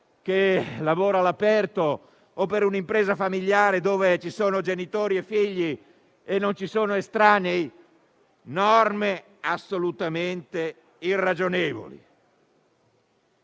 che lavora all'aperto o per un'impresa familiare dove ci sono solo genitori e figli e non estranei, è una delle norme assolutamente irragionevoli;